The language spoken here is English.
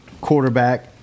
quarterback